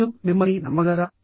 ప్రజలు మిమ్మల్ని నమ్మగలరా